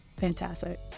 Fantastic